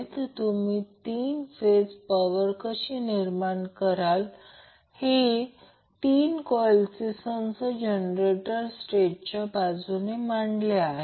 आणि इथे काही गोंधळ नसावा तर हे Vg अँगल 0° असेल जे आपण मग्नित्यूडमधे घेतले आहे